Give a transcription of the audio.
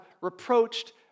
reproached